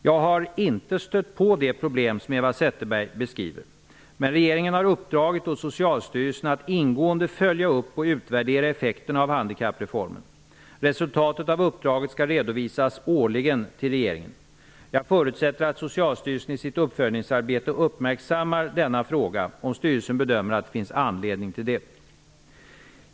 Jag har inte stött på det problem som Eva Zetterberg beskriver. Men regeringen har uppdragit åt Socialstyrelsen att ingående följa upp och utvärdera effekterna av handikappreformen. Resultatet av uppdraget skall redovisas årligen till regeringen. Jag förutsätter att Socialstyrelsen i sitt uppföljningsarbete uppmärksammar denna fråga, om styrelsen bedömer att det finns anledning till det.